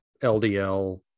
LDL